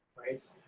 right,